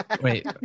Wait